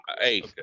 hey